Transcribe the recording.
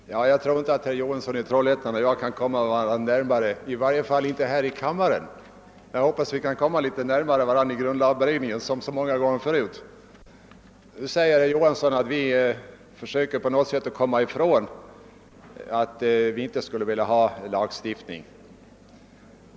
Herr talman! Jag tror inte att herr Johansson i Trollhättan och jag kan komma varandra närmare, i varje fall inte här i kammaren — jag hoppas att vi kan komma varandra litet närmare i grundlagberedningen liksom så många gånger förut. Nu säger herr Johansson att de moderata försöker framställa det så att vi skulle söka dölja kravet på lagstiftning.